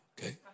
okay